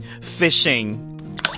Fishing